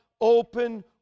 open